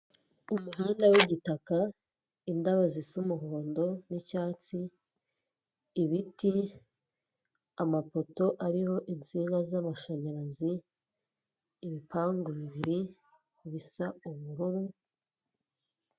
Umuhanda w'igitaka, indabo zisa umuhondo n'icyatsi, ibiti, amapoto ariho insinga z'amashanyarazi, ibipangu bibiri bisa ubururu.